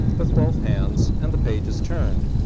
with both hands, and the pages turned.